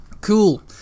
Cool